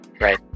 Right